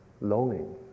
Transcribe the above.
longing